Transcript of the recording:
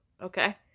okay